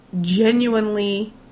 genuinely